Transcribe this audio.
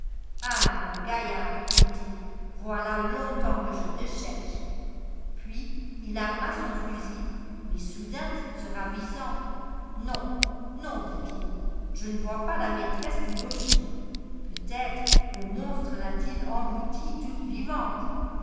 ah mon gaillard dit-il voilà longtemps que je te cherche puis il arma son fusil mais soudain se ravisant non non dit-il je ne vois pas la maîtresse du logis peut-être le monstre l'a-t-il engloutie toute vivante